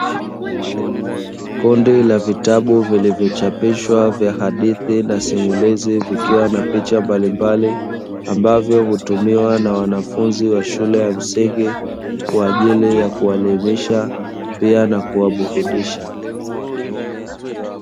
Kundi la vitabu vilivyochapishwa vya hadithi na simulizi vikiwa na picha mbalimbali, ambavyo hutumiwa na wanafunzi wa shule ya msingi kwa ajili ya kuwaelimisha pia na kuwaburudisha.